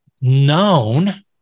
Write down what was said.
known